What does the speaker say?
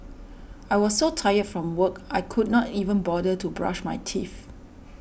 I was so tired from work I could not even bother to brush my teeth